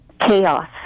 chaos